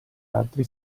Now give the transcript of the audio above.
altri